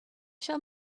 shall